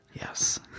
Yes